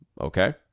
okay